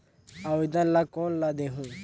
आवेदन ला कोन ला देहुं?